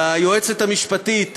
ליועצת המשפטית,